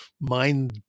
mind